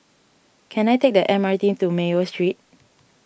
can I take the M R T to Mayo Street